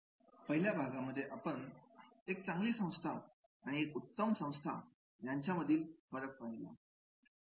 तर पहिल्या भागामध्ये आपण एक चांगली संस्था आणि एक सर्वोत्तम संस्था यामधला फरक पाहिला